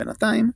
בינתיים,